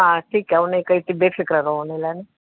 हा ठीकु आहे उन ई करे त बेफ़िक्र करो उन लाइ न